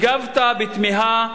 הגבת בתמיהה,